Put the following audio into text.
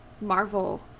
Marvel